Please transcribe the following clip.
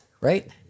right